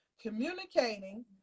communicating